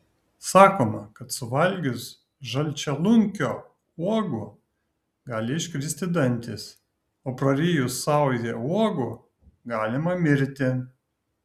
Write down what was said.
sakoma kad suvalgius žalčialunkio uogų gali iškristi dantys o prarijus saują uogų galima mirti